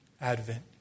advent